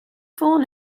ffôn